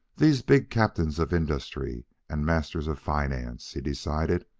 these big captains of industry and masters of finance, he decided,